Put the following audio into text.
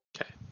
Okay